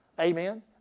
Amen